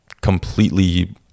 completely